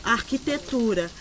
arquitetura